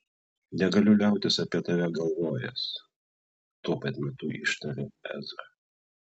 negaliu liautis apie tave galvojęs tuo pat metu ištarė ezra